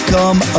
Come